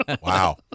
Wow